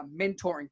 mentoring